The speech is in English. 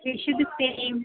wish you the same